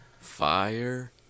Fire